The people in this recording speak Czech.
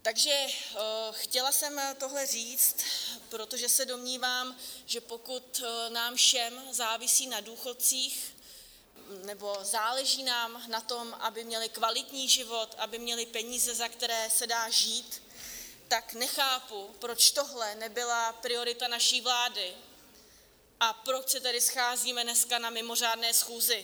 Takže chtěla jsem tohle říct, protože se domnívám, že pokud nám všem závisí na důchodcích nebo záleží nám na tom, aby měli kvalitní život, aby měli peníze, za které se dá žít, tak nechápu, proč tohle nebyla priorita naší vlády a proč se tady scházíme dneska na mimořádné schůzi.